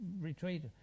retreat